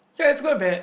ya it's quite bad